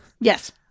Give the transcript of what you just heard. Yes